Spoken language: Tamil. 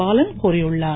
பாலன் கூறியுள்ளார்